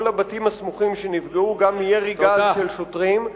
או לבתים הסמוכים שנפגעו גם מירי גז של שוטרים.